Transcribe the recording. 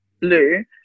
Blue